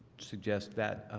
suggest that